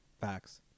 Facts